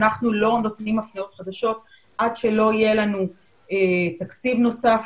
אנחנו לא נותנים הפניות חדשות עד שלא יהיה לנו תקציב נוסף,